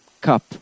cup